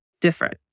different